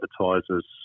advertisers